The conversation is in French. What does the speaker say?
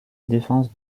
défense